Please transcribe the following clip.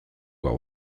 what